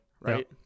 right